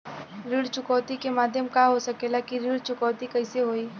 ऋण चुकौती के माध्यम का हो सकेला कि ऋण चुकौती कईसे होई?